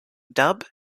dub